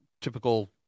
typical